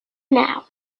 now